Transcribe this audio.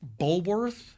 Bulworth